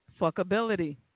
Fuckability